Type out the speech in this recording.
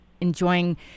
enjoying